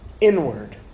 inward